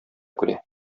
күрә